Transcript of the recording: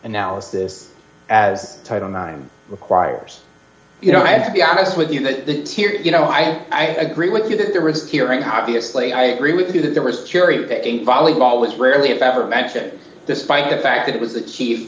analysis as title nine requires you know i had to be honest with you here you know i agree with you that there was a hearing obviously i agree with you that there was jerry a volleyball is rarely if ever mentioned despite the fact that it was the